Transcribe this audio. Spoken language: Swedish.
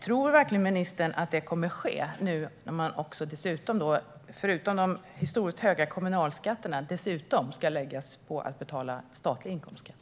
Tror ministern verkligen att detta kommer att ske nu när de förutom de historiskt höga kommunalskatterna dessutom ska betala statlig inkomstskatt?